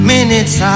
Minutes